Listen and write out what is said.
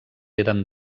eren